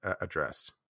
address